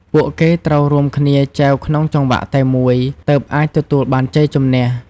ពួកគេត្រូវរួមគ្នាចែវក្នុងចង្វាក់តែមួយ ទើបអាចទទួលបានជ័យជំនះ។